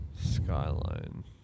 skyline